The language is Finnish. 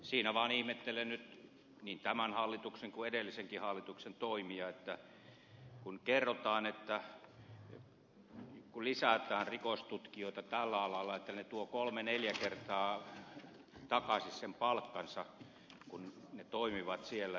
siinä vaan ihmettelen nyt niin tämän hallituksen kuin edellisenkin hallituksen toimia kun kerrotaan että kun lisätään rikostutkijoita tällä alalla niin he tuovat kolme neljä kertaa takaisin palkkansa kun toimivat siellä